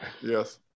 yes